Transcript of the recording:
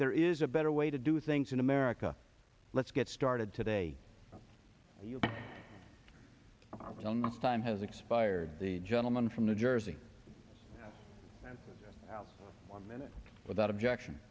there is a better way to do things in america let's get started today time has expired the gentleman from new jersey one minute without objection